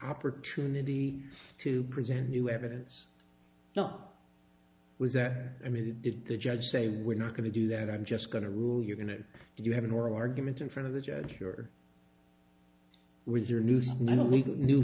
opportunity to present new evidence not was that i mean did the judge say we're not going to do that i'm just going to rule you're going to do you have an oral argument in front of the judge you're with your new